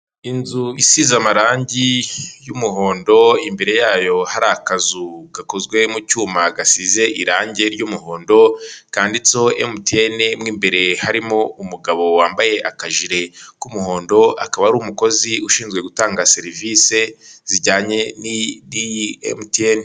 Inzu isize amarangi y'umuhondo imbere yayo hari akazu gakozwe mu cyuma gasize irangi ry'umuhondo, kanditseho emutiyene mo imbere harimo umugabo wambaye akajire k'umuhondo, akaba ari umukozi ushinzwe gutanga serivisi zijyanye n'iyi emutiyeni.